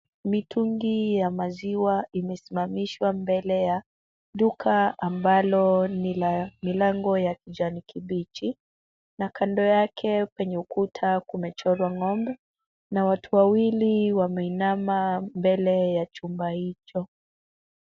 Mitungi ya maziwa imesimamishwa mbele ya duka ambalo ni la milango ya kijanikibichi. Na kando yake penye ukuta kumechorwa ng'ombe, na watu wawili wameinama mbele ya chumba hicho.